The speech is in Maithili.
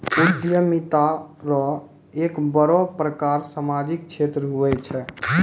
उद्यमिता रो एक बड़ो प्रकार सामाजिक क्षेत्र हुये छै